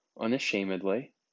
unashamedly